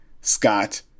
Scott